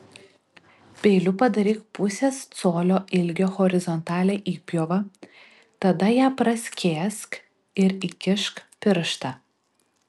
peiliu padaryk pusės colio ilgio horizontalią įpjovą tada ją praskėsk ir įkišk pirštą